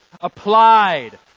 applied